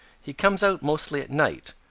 he comes out mostly at night,